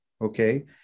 okay